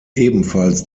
ebenfalls